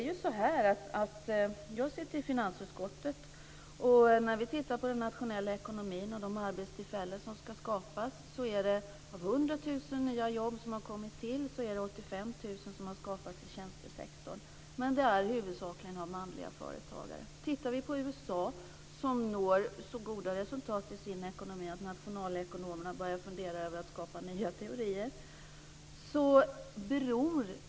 Jag sitter i finansutskottet. När vi tittar på den nationella ekonomin och de arbetstillfällen som ska skapas är det 85 000 av 100 000 nya jobb som har skapats i tjänstesektorn. Men de har skapats huvudsakligen av manliga företagare. I USA når man så goda resultat i sin ekonomi att nationalekonomerna har börjat fundera över om de ska skapa nya teorier.